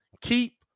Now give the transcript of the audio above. keep